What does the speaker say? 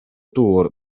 dŵr